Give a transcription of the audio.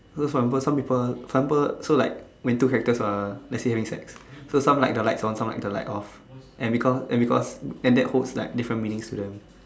so for example so people for example so like when two characters are let's say insects so some like the lights on some like the lights off and because and because and that holds like different meanings to them